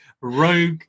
Rogue